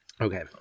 okay